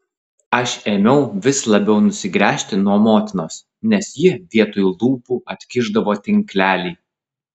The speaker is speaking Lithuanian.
aš ėmiau vis labiau nusigręžti nuo motinos nes ji vietoj lūpų atkišdavo tinklelį